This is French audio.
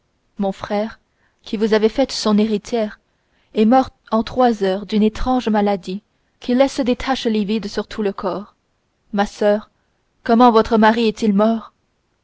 mon frère qui vous avait faite son héritière est mort en trois heures d'une étrange maladie qui laisse des taches livides sur tout le corps ma soeur comment votre mari est-il mort